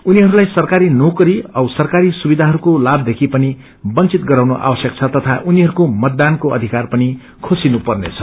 उनीहरूलाई सरकारी नौकरी सरकारी सुविधाहरूको लाभदेखि पनि वंघित गराउनु आवश्यक छ तथा उनीहरूको मतवानको अध्कारी पनि खेसिनु पर्नेछ